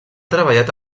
treballat